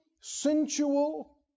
sensual